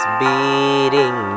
beating